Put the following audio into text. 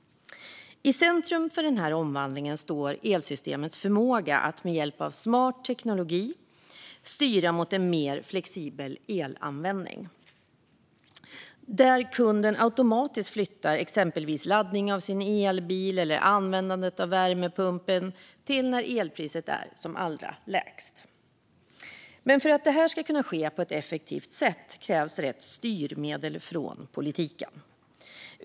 I centrum för omvandlingen står elsystemets förmåga att med hjälp av smart teknologi styra mot en mer flexibel elanvändning där kunden automatiskt flyttar exempelvis laddning av sin elbil eller användandet av värmepumpen till när elpriset är som allra lägst. För att detta ska kunna ske på ett effektivt sätt krävs dock rätt styrmedel från politiken.